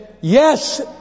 yes